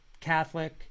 Catholic